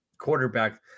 quarterback